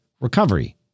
recovery